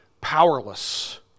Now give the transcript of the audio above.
powerless